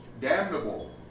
damnable